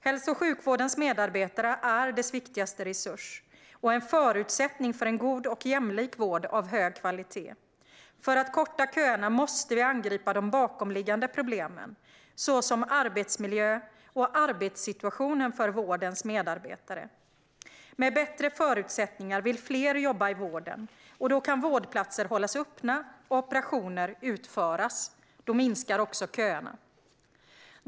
Hälso och sjukvårdens medarbetare är dess viktigaste resurs och en förutsättning för en god och jämlik vård av hög kvalitet. För att korta köerna måste vi angripa de bakomliggande problemen, såsom arbetsmiljön och arbetssituationen för vårdens medarbetare. Med bättre förutsättningar vill fler jobba inom vården, och då kan vårdplatser hållas öppna och operationer utföras. Då kortas också köerna.